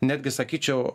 netgi sakyčiau